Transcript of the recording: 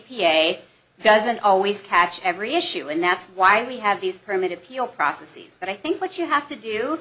p a doesn't always catch every issue and that's why we have these permit appeal processes but i think what you have to do